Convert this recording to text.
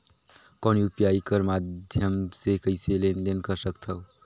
कौन यू.पी.आई कर माध्यम से कइसे लेन देन कर सकथव?